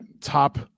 top